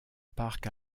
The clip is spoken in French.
parc